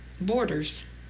borders